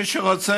מי שרוצה,